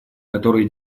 которые